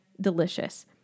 delicious